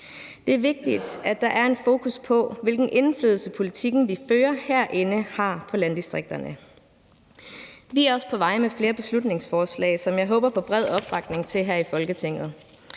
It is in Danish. Det er vigtigt, at der er en fokus på, hvilken indflydelse politikken, vi fører herinde, har på landdistrikterne. Vi er også på vej med flere beslutningsforslag, som jeg håber på bred opbakning til her i Folketinget,